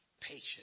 Patience